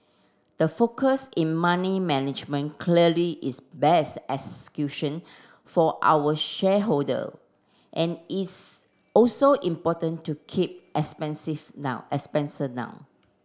the focus in money management clearly is best execution for our shareholder and it's also important to keep expenses now expenses down